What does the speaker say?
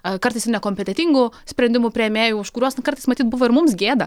kartais nekompetentingų sprendimų priėmėjų už kuriuos kartais matyt buvo ir mums gėda